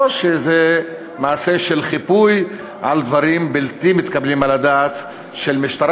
או שזה מעשה של חיפוי על דברים בלתי מתקבלים על הדעת של משטרה,